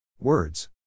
words